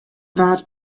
waard